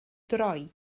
droi